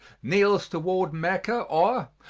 kneels toward mecca or,